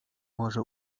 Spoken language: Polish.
może